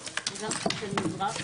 הישיבה נעולה.